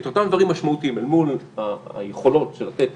את אותם דברים משמעותיים מול היכולות של לתת